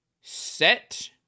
set